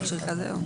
מכשיר כזה.